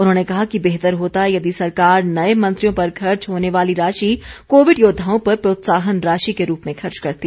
उन्होंने कहा कि बेहतर होता यदि सरकार नए मंत्रियों पर खर्च होने वाली राशि कोविड योद्वाओं पर प्रोत्साहन राशि के रूप में खर्च करती